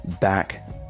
back